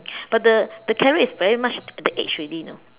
but the the carriage is very much at the edge already you know